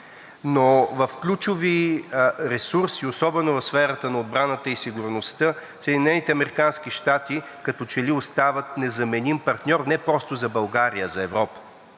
В ключови ресурси, особено в сферата на отбраната и сигурността, Съединените американски щати като че ли остават незаменим партньор не просто за България, а за Европа.